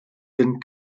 sinn